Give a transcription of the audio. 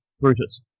Brutus